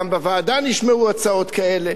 גם בוועדה נשמעו הצעות כאלה.